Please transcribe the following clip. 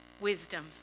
Wisdom